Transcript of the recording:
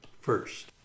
first